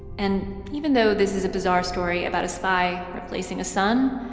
and even though this is a bizarre story about a spy replacing a son,